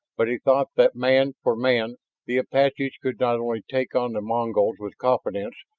but he thought that man for man the apaches could not only take on the mongols with confidence,